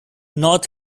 north